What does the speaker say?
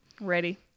Ready